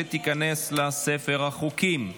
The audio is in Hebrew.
ותיכנס לספר החוקים.